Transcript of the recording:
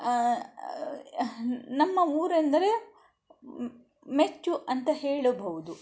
ನಮ್ಮ ಊರೆಂದರೆ ಮೆಚ್ಚು ಅಂತ ಹೇಳಬಹುದು